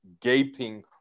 gaping